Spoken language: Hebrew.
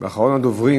אחרון הדוברים,